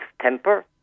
temper